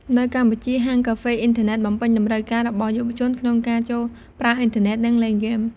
នៅ កម្ពុជា ហាងកាហ្វេអ៊ីនធឺណិត បំពេញតម្រូវការ របស់យុវជនក្នុងការ ចូលប្រើប្រាស់អ៊ីនធឺណិត និង លេងហ្គេម។